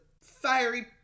fiery